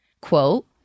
Quote